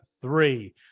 three